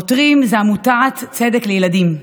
העותרים הם עמותת צדק לילדים,